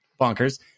bonkers